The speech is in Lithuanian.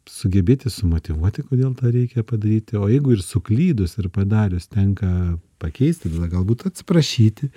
sugebėti sumotyvuoti kodėl tą reikia padaryti o jeigu ir suklydus ir padarius tenka pakeisti tada galbūt atsiprašyti